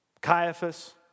Caiaphas